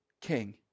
king